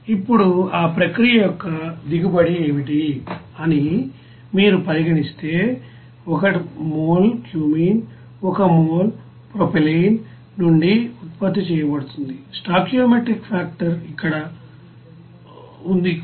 ఇప్పుడు ఆ ప్రక్రియ యొక్క దిగుబడి ఏమిటి అని మీరు పరిగణిస్తే 1 మోల్ క్యూమీన్ 1 మోల్ ప్రొపైలీన్ నుండి ఉత్పత్తి చేయబడుతుంది స్టోయికియోమెట్రిక్ ఫాక్టర్ ఇక్కడ ఉంది 1